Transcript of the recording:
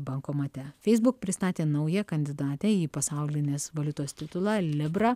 bankomate facebook pristatė naują kandidatę į pasaulinės valiutos titulą libra